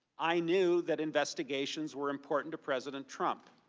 i knew that investigations were important to president trump.